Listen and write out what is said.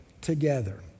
together